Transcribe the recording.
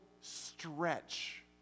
stretch